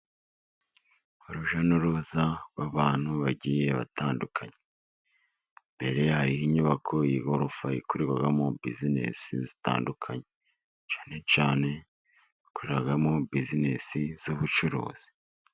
Urujya n'uruza rw'abantu bagiye batandukanye, imbere hari inyubako y'igorofa ikoremo bizinesi zitandukanye, cyane cyane bakoreramo bizinesi z'ubucuruzi.